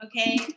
okay